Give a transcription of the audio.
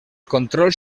controls